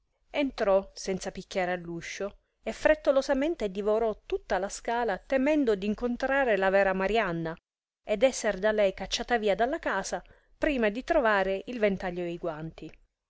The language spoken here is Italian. entrò senza picchiare all'uscio e frettolosamente divorò tutta la scala temendo d'incontrare la vera marianna ed esser da lei cacciata via dalla casa prima di trovare il ventaglio e i guanti